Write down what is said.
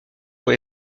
pour